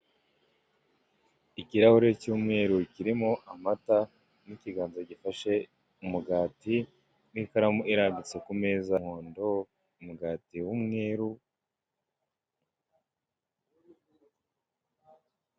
Ikirahure cy'umweru kirimo amata n'ikiganza gifashe umugati n'ikaramu irambitse ku meza y'umuhondo, umugati w'umweru.